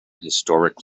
historic